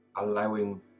allowing